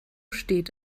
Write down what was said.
steht